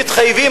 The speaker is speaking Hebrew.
שהם מתחייבים,